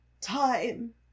Time